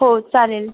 हो चालेल